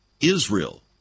Israel